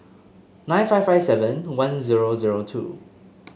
nine five five seven one zero zero two